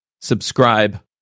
subscribe